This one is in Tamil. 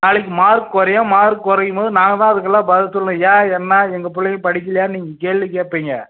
நாளைக்கு மார்க் குறையும் மார்க் குறையும் போது நாங்கள் தான் அதுக்கெல்லாம் பதில் சொல்லணும் ஏன் என்ன எங்கள் பிள்ளைக படிக்கலன் நீங்க கேள்வி கேட்பீங்க